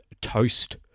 toast